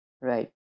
Right